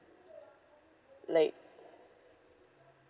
like